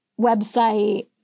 website